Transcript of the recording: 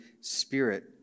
Spirit